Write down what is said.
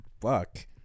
fuck